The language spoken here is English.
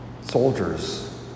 soldiers